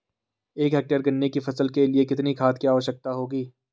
एक हेक्टेयर गन्ने की फसल के लिए कितनी खाद की आवश्यकता होगी?